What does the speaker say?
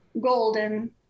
golden